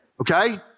Okay